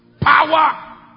Power